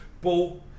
Ball